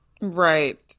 Right